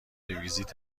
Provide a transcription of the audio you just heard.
ویزیت